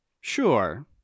Sure